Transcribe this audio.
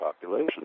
population